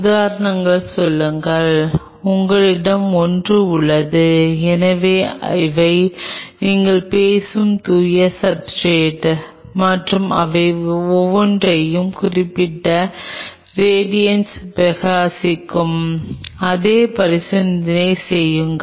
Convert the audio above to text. உதாரணமாக சொல்லுங்கள் உங்களிடம் ஒன்று உள்ளது எனவே இவை நீங்கள் பேசும் தூய சப்ஸ்ர்டேட் மற்றும் அவை ஒவ்வொன்றையும் குறிப்பிட்ட ராடியன்ட் பிரகாசிக்கும் அதே பரிசோதனையைச் செய்யுங்கள்